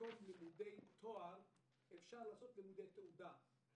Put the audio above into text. לימודי תואר אפשר לעשות לימודי תעודה,